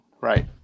right